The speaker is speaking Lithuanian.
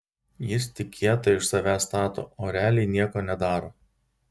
jis tik kietą iš savęs stato o realiai nieko nedaro